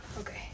okay